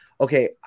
okay